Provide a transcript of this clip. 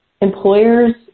employers